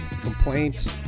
complaints